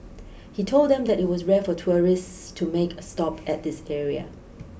he told them that it was rare for tourists to make a stop at this area